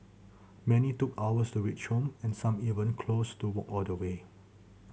many took hours to reach home and some even close to walk all the way